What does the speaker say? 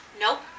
nope